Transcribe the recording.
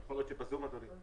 יכול להיות שבזום, אדוני.